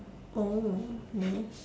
oh nah